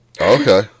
Okay